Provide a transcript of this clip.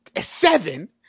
seven